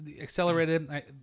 accelerated